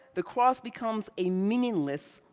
the cross becomes a meaningless,